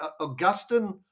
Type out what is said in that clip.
Augustine